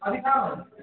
अभी कहाँ हो